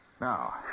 Now